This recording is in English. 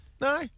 No